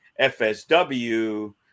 FSW